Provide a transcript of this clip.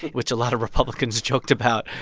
which a lot of republicans joked about.